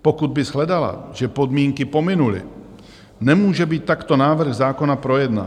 Pokud by shledala, že podmínky pominuly, nemůže být takto návrh zákona projednán.